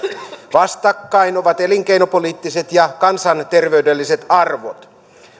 vastakkain ovat elinkeinopoliittiset ja kansanterveydelliset arvot